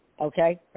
okay